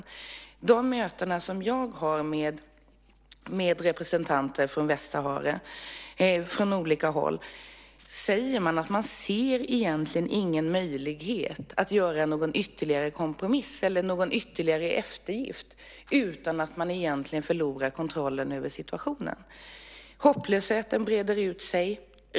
Vid mina möten med västsahariska representanter från olika håll säger man att man egentligen inte ser någon möjlighet att göra någon ytterligare kompromiss eller eftergift utan att förlora kontrollen över situationen. Hopplösheten breder ut sig.